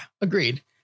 agreed